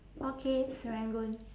okay serangoon